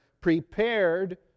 prepared